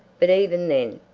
but even then.